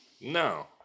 No